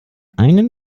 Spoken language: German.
einen